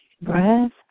Breath